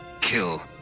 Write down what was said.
kill